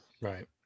right